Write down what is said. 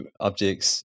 objects